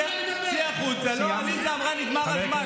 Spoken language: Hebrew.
למה היא דיברה אליי?